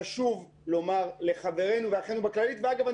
חשוב לומר לחברינו ואחינו בכללית ואגב,